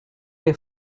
les